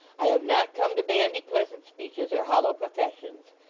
i have not come to bandy pleasant speeches, or hollow professions.